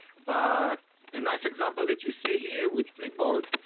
but a nice example that you see here with flipboard,